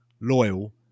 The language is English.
loyal